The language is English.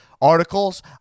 articles